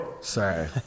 Sorry